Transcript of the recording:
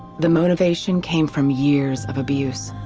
the motivation came from years of abuse.